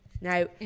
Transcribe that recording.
now